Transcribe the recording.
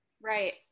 Right